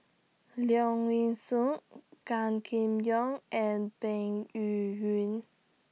Leong Yee Soo Gan Kim Yong and Peng Yuyun